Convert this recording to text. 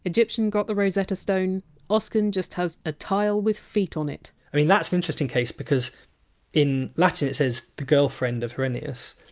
egyptian got the rosetta stone oscan just has a tile with feet on it it that's an interesting case because in latin it says! the girlfriend of horennius!